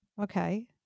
Okay